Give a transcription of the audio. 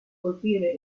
colpire